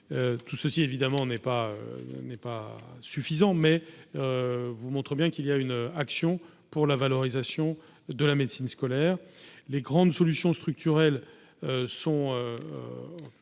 tout ceci évidemment n'est pas n'est pas suffisant mais vous montre bien qu'il y a une action pour la valorisation de la médecine scolaire, les grandes solutions structurelles sont